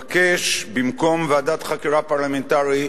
לבקש, במקום ועדת חקירה פרלמנטרית,